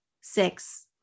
six